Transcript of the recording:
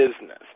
business